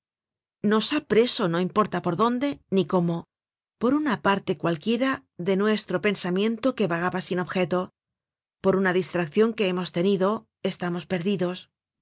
nos ha preso no importa por dónde ni cómo por una parte cualquiera de nuestro pensamiento que vagaba sin objeto por una distraccion que hemos tenido estamos perdidos